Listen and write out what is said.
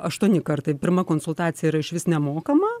aštuoni kartai pirma konsultacija yra išvis nemokama